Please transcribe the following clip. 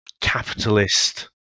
Capitalist